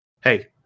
Hey